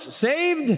saved